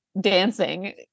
dancing